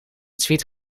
tweet